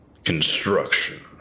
Construction